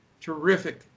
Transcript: terrific